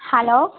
hello